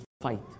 fight